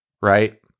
Right